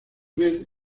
vez